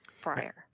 prior